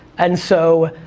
and so